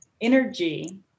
energy